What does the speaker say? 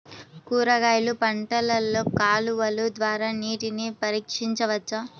కూరగాయలు పంటలలో కాలువలు ద్వారా నీటిని పరించవచ్చా?